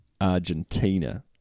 Argentina